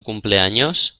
cumpleaños